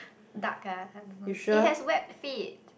duck ah I don't know it has webbed feet